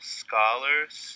scholars